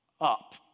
up